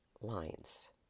lines